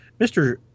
Mr